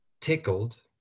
tickled